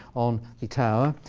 on the tower.